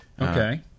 Okay